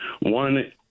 One